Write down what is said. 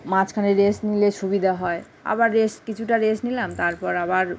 মাঝখানে রেস্ট নিলে সুবিধা হয় আবার রেস্ট কিছুটা রেস্ট নিলাম তারপর আবার